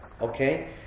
Okay